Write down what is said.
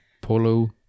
Polo